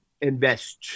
invest